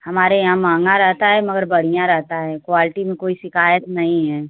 हमारे यहाँ महँगा रहता है मगर बढ़िया रहता है क्वालटी में कोई शिकायत नहीं है